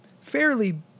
fairly